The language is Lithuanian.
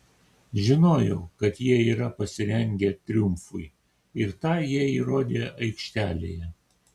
žinojau kad jie yra pasirengę triumfui ir tą jie įrodė aikštelėje